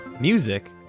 Music